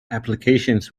applications